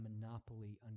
monopoly